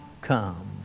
come